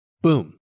Boom